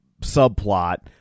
subplot